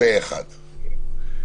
הצבעה בעד הצו פה אחד.